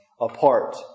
apart